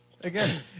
Again